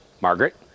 Margaret